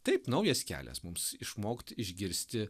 taip naujas kelias mums išmokt išgirsti